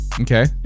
Okay